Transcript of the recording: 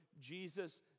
Jesus